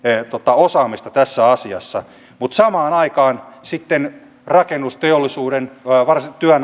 osaamista tässä asiassa mutta samaan aikaan sitten rakennusteollisuuden varsinkin